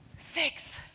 six,